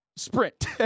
sprint